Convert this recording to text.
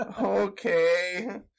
Okay